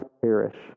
perish